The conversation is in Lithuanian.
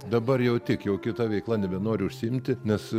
dabar jau tik jau kita veikla nebenoriu užsiimti nes